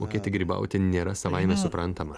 mokėti grybauti nėra savaime suprantama